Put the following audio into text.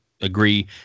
agree